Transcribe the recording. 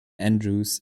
andrews